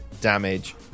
damage